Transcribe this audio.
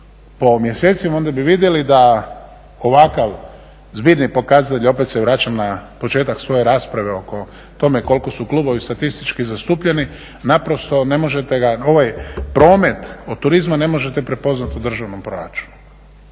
po mjesecima, onda bi vidjeli da ovakav zbirni pokazatelj, opet se vraćam na početak svoje rasprave o tome koliko su klubovi statistički zastupljeni naprosto ne možete ga, ovaj promet od turizma ne možete prepoznati u državnom proračunu.